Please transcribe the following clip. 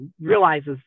realizes